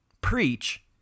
Preach